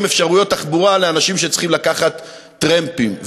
אפשרויות תחבורה לאנשים שצריכים לקחת טרמפים.